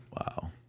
Wow